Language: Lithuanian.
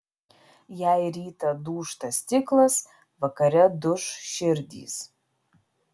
jei rytą dūžta stiklas vakare duš širdys